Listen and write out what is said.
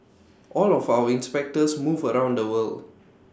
all of our inspectors move around the world